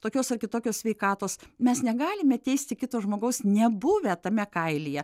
tokios ar kitokios sveikatos mes negalime teisti kito žmogaus nebuvę tame kailyje